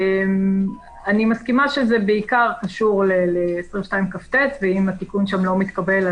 אני מסכימה שזה בעיקר קשור לסעיף 22כט. ואם התיקון שם לא מתקבל,